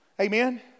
Amen